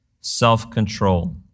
self-control